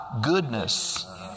goodness